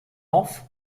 off